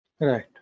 Right